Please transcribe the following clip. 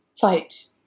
fight